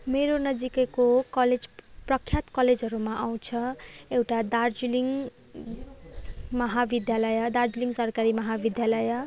मेरो नजिकैको कलेज प्रख्यात कलेजहरूमा आउँछ एउटा दार्जिलिङ महाविद्यालय दार्जिलिङ सरकारी महाविद्यालय